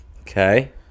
Okay